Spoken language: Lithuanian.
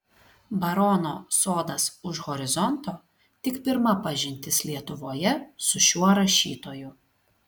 barono sodas už horizonto tik pirma pažintis lietuvoje su šiuo rašytoju